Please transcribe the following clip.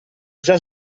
già